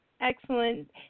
Excellent